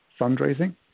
fundraising